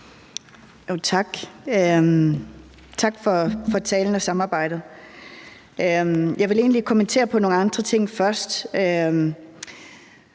tak for talen og for samarbejdet. Jeg vil egentlig kommentere på nogle andre ting først,